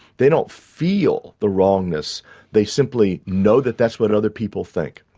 they don't feel the wrongness they simply know that that's what other people think.